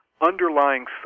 underlying